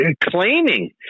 claiming